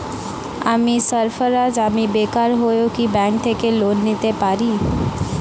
আমি সার্ফারাজ, আমি বেকার হয়েও কি ব্যঙ্ক থেকে লোন নিতে পারি?